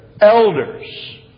elders